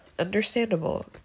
Understandable